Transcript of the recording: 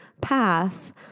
path